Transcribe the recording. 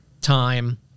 time